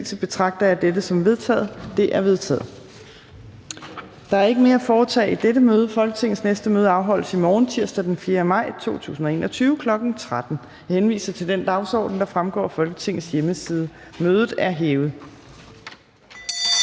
formanden Fjerde næstformand (Trine Torp): Der er ikke mere at foretage i dette møde. Folketingets næste møde afholdes i morgen, tirsdag den 4. maj 2021, kl. 13.00. Jeg henviser til den dagsorden, der fremgår af Folketingets hjemmeside. Mødet er hævet.